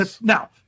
Now